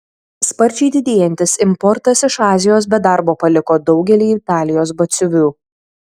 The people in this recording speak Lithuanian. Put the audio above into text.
sparčiai didėjantis importas iš azijos be darbo paliko daugelį italijos batsiuvių